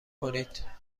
کنید